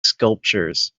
sculptures